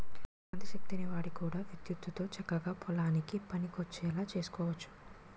కాంతి శక్తిని వాడి కూడా విద్యుత్తుతో చక్కగా పొలానికి పనికొచ్చేలా సేసుకోవచ్చు